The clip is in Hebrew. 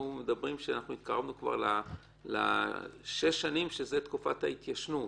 אנחנו כבר התקרבנו לשש שנים, שזו תקופת ההתיישנות.